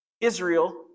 Israel